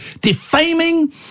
defaming